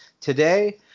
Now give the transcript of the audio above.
Today